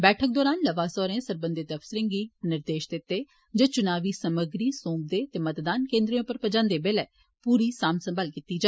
बैठक दौरान लवासा होरें सरबंधत अफसरें गी निर्देश दित्ते जे चुनावी समग्री सौंपदे ते मतदान केन्द्रें उप्पर पजांदे बेल्लै पुरी सांभ संभाल कीती जा